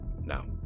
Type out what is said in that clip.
Now